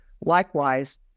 Likewise